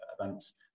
events